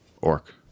orc